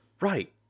Right